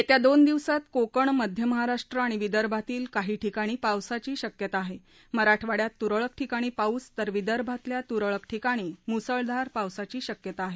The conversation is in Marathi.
येत्या दोन दिवसात कोकण मध्य महाराष्ट्र आणि विदर्भातील काही ठिकाणी पावसाची शक्यता आहे मराठवाड्यात तुरळक ठिकाणी पाऊस तर विदर्भातल्या तुरळक ठिकाणी मुसळधार पावसाची शक्यता आहे